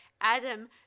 Adam